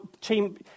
team